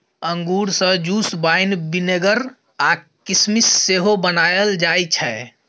अंगुर सँ juice, wine, vinegar आ किसमिस सेहो बनाएल जाइ छै